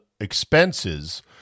expenses